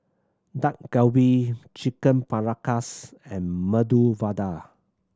Dak Galbi Chicken Paprikas and Medu Vada